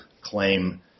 claim